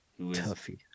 Tuffy